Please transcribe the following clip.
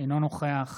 אינו נוכח